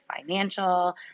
financial